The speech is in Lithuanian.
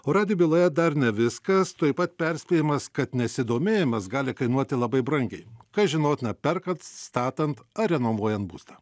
o radijo byloje dar ne viskas tuoj pat perspėjimas kad nesidomėjimas gali kainuoti labai brangiai kas žinotina perkant statant ar renovuojant būstą